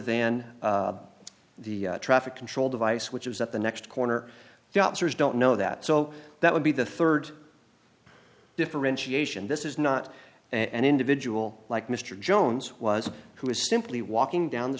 than the traffic control device which is at the next corner doctors don't know that so that would be the third differentiation this is not an individual like mr jones was who was simply walking down the